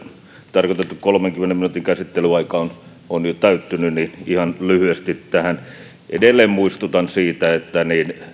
tarkoitettu kolmenkymmenen minuutin käsittelyaika on on jo täyttynyt niin ihan lyhyesti tähän edelleen muistutan siitä että